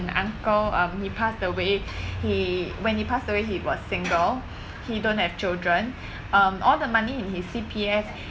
my uncle uh he passed away he when he passed away he was single he don't have children um all the money in his C_P_F